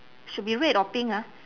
should be red or pink ah